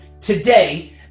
today